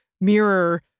Mirror